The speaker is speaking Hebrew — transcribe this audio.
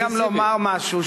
צריך גם לומר משהו,